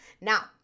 Now